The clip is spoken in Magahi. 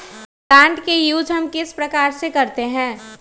प्लांट का यूज हम किस प्रकार से करते हैं?